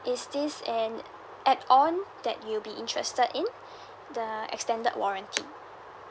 is this an add on that you'd be interested in the extended warranty